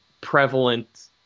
prevalent